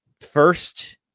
first